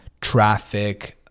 traffic